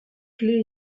clés